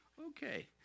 okay